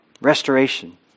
restoration